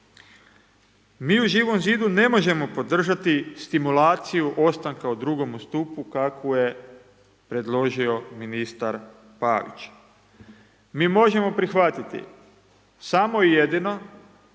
Mi u Živom zidu ne možemo podržati stimulaciju ostanka u 2. stupu kakvu je predložio ministar Pavić. Mi možemo prihvatiti samo i jedino